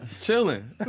Chilling